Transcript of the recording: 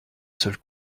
seul